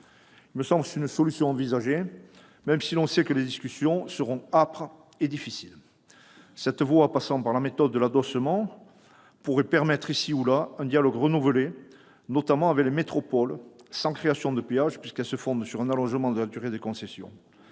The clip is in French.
me semble pouvoir être envisagée, même si l'on sait que les discussions seront âpres et difficiles. Cette voie, passant par la méthode de l'adossement, permettrait, ici ou là, un dialogue renouvelé, notamment avec les métropoles, sans création de péages, puisqu'elle se fonde sur un allongement de la durée des concessions.